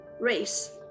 Race